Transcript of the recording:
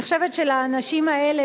אני חושבת שלאנשים האלה,